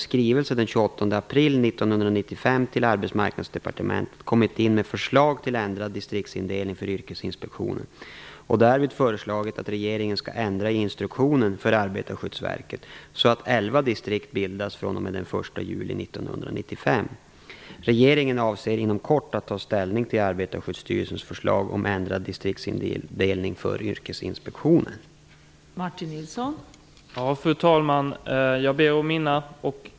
april 1995 till Arbetsmarknadsdepartementet kommit in med förslag till ändrad distriktsindelning för Yrkesinspektionen och därvid föreslagit att regeringen skall ändra i instruktionen för Arbetarskyddsverket så att elva distrikt bildas den 1 juli 1995. Regeringen avser inom kort att ta ställning till Arbetarskyddsstyrelsens förslag om ändrad distriktsindelning för Yrkesinspektionen.